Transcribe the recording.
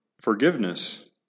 forgiveness